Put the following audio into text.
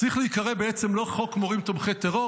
צריך להיקרא בעצם לא חוק מורים תומכי טרור